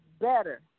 better